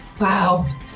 Wow